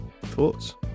thoughts